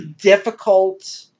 difficult